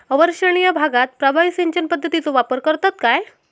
अवर्षणिय भागात प्रभावी सिंचन पद्धतीचो वापर करतत काय?